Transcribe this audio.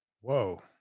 Whoa